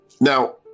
now